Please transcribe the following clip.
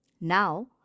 Now